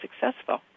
successful